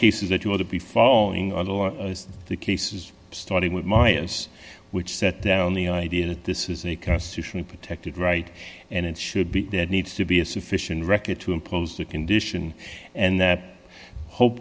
case is that you ought to be following all or the cases starting with my us which set down the idea that this is a constitutionally protected right and it should be there needs to be a sufficient record to impose that condition and that ho